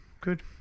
good